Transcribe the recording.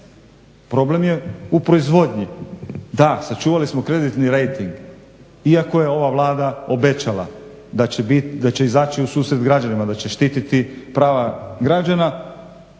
Problem je u proizvodnji, da sačuvali smo kreditni rejting iako je ova Vlada obećala da će izaći u susret građanima da će štiti prava građana,